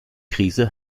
krise